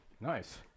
Nice